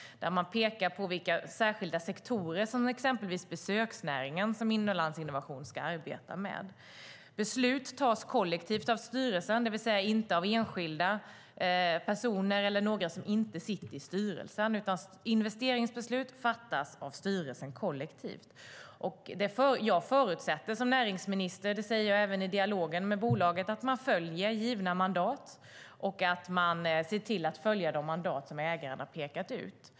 Vi pekar på vilka särskilda sektorer, som exempelvis besöksnäringen, Inlandsinnovation ska arbeta med. Beslut tas kollektivt av styrelsen, det vill säga inte av enskilda personer eller någon som inte sitter i styrelsen. Investeringsbeslut fattas alltså av styrelsen kollektivt, och jag som näringsminister förutsätter - det säger jag även i dialogen med bolaget - att man följer givna mandat och ser till att följa de mandat ägaren har pekat ut.